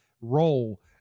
role